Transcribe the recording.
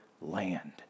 land